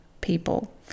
people